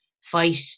fight